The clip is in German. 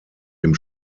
dem